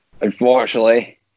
Unfortunately